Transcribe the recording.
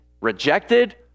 rejected